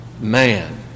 man